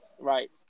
Right